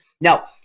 now